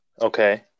Okay